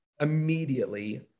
immediately